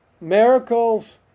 miracles